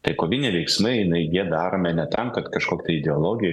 tai koviniai veiksmai na jie daromi ne tam kad kažkok tai ideologiją